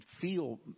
feel